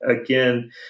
again